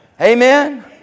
Amen